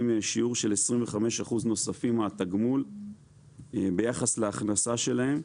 שיעור של 25% נוספים מהתגמול ביחס להכנסה שלהם,